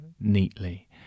neatly